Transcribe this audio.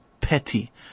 petty